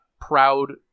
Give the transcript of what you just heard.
proud